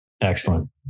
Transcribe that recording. Excellent